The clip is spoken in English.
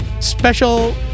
special